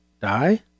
die